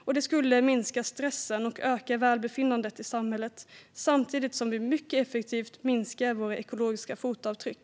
Detta skulle minska stressen och öka välbefinnandet i samhället samtidigt som vi mycket effektivt skulle minska våra ekologiska fotavtryck.